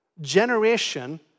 generation